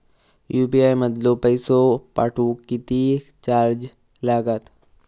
UPI मधलो पैसो पाठवुक किती चार्ज लागात?